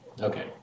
Okay